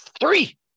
three